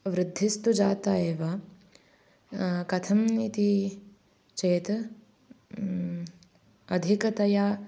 वृद्धिस्तु जाता एव कथम् इति चेत् अधिकतया